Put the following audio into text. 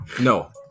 No